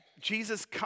Jesus